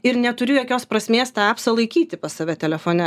ir neturiu jokios prasmės tą epsą laikyti pas save telefone